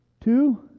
two